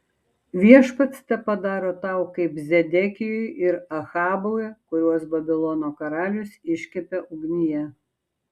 viešpats tepadaro tau kaip zedekijui ir ahabui kuriuos babilono karalius iškepė ugnyje